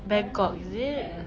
bangkok is it